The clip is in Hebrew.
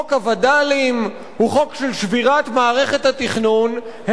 חוק הווד"לים הוא חוק של שבירת מערכת התכנון,